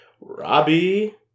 Robbie